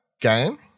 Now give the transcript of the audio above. game